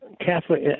Catholic